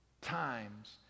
times